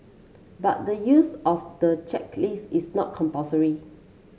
but the use of the checklist is not compulsory